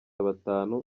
batanu